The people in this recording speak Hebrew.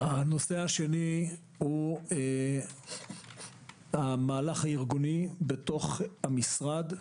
הנושא השני הוא המהלך הארגוני בתוך המשרד.